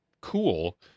cool